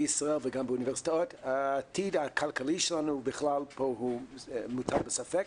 ישראל וגם באוניברסיטאות העתיד הכלכלי שלנו הוא מוטל בספק,